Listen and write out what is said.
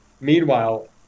Meanwhile